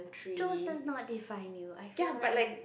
not define you I feel like